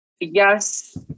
yes